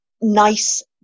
nice